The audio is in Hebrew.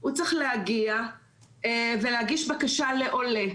הוא צריך להגיע ולהגיש בקשה לעולה.